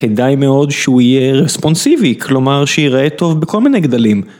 כדאי מאוד שהוא יהיה רספונסיבי, כלומר שיראה טוב בכל מיני גדלים.